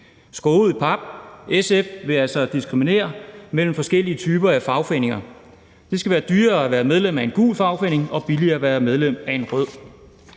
Skåret ud i pap vil SF altså diskriminere mellem forskellige typer af fagforeninger. Det skal være dyrere at være medlem af en gul fagforening og billigere at være medlem af en rød.